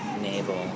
navel